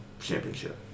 Championship